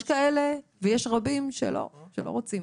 יש כאלה ויש רבים שלא רוצים.